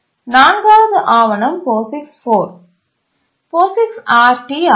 நான்காவது ஆவணம் POSIX 4 POSIX RT ஆகும்